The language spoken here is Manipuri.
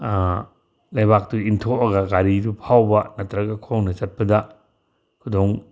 ꯂꯩꯕꯥꯛꯇꯨ ꯏꯟꯊꯣꯛꯑꯒ ꯒꯥꯔꯤꯗꯨ ꯐꯥꯎꯕ ꯅꯠꯇ꯭ꯔꯒ ꯈꯣꯡꯅ ꯆꯠꯄꯗ ꯈꯨꯗꯣꯡ